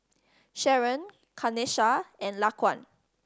Sharron Kanesha and Laquan